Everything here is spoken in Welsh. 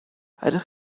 ydych